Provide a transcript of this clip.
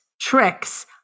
tricks